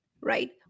right